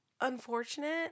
unfortunate